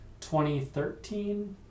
2013